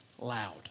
loud